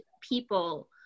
people